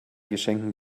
geschenkten